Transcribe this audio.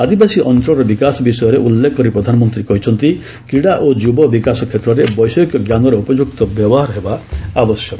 ଆଦିବାସୀ ଅଞ୍ଚଳର ବିକାଶ ବିଷୟରେ ଉଲ୍ଲେଖ କରି ପ୍ରଧାନମନ୍ତ୍ରୀ କହିଛନ୍ତି କ୍ରୀଡ଼ା ଓ ଯୁବ ବିକାଶ କ୍ଷେତ୍ରରେ ବୈଷୟିକ ଜ୍ଞାନର ଉପଯୁକ୍ତ ବ୍ୟବହାର ହେବା ଆବଶ୍ୟକ